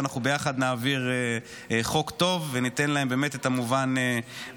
ואנחנו ביחד נעביר חוק טוב וניתן להם באמת את המובן מאליו.